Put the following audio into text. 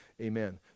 amen